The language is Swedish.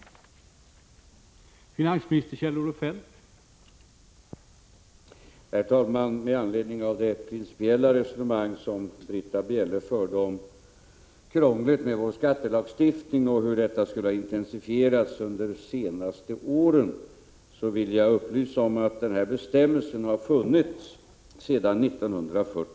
28 april 1986